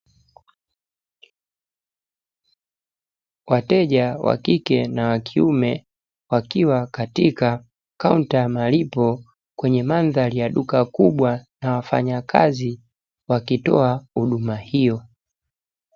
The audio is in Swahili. Wateja wakike na wakiume wakiwa katika kaunta ya malipo, kwenye mandhari ya duka kubwa na wafanya kazi wakitoa huduma hiyo.